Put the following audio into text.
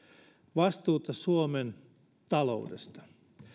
vastuuta suomen taloudesta